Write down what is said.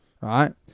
right